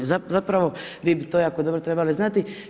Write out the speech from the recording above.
Zapravo vi bi to jako dobro trebali znati.